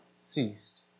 ceased